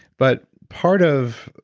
but part of